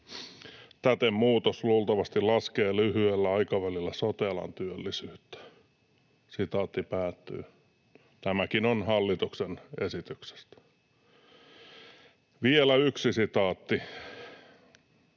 Täten muutos luultavasti laskee lyhyellä aikavälillä sote-alan työllisyyttä.” Tämäkin on hallituksen esityksestä. Vielä yksi sitaatti: